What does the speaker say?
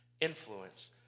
influence